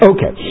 Okay